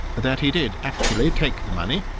that he did actually take the money,